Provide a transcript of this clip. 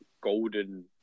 golden